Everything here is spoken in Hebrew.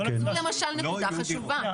זו למשל נקודה חשובה.